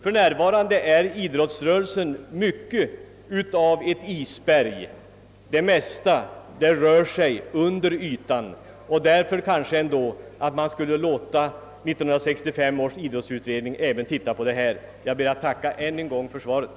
För närvarande är idrottsrörelsen mycket av ett isberg — det mesta rör sig under ytan. Därför finns det kanske ändå anledning att låta 1965 års idrottsutredning se på saken. Jag ber att än en gång få tacka för svaret.